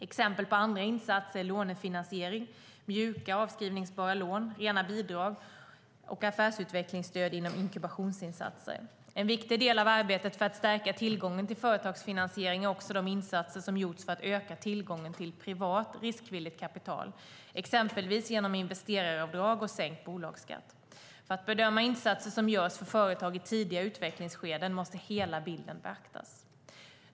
Exempel på andra insatser är lånefinansiering, "mjuka" avskrivningsbara lån, rena bidrag och affärsutvecklingsstöd gnom inkubationsinsatser. En viktig del av arbetet för att stärka tillgången till företagsfinansiering är också de insatser som gjorts för att öka tillgången till privat riskvilligt kapital, exempelvis genom investeraravdrag och sänkt bolagsskatt. För att bedöma insatser som görs för företag i tidiga utvecklingsskeden måste hela bilden beaktas.